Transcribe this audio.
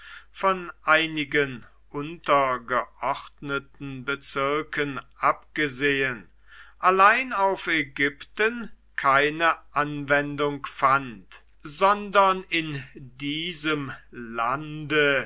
von einigen untergeordneten bezirken abgesehen allein auf ägypten keine anwendung fand sondern in diesem lande